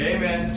Amen